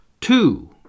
Two